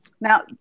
Now